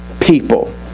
people